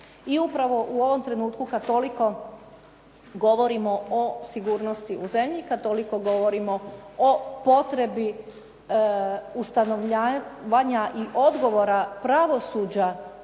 i upravo u ovom trenutku kad toliko govorimo o sigurnosti u zemlji, kad toliko govorimo o potrebi ustanovljavanja i odgovora pravosuđa